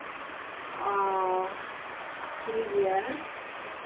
ᱚᱸᱻ ᱴᱷᱤᱠ ᱜᱮᱭᱟ